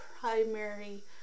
primary